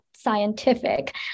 scientific